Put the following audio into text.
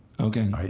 Okay